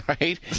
right